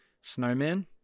snowman